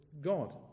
God